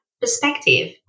perspective